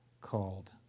called